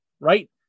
right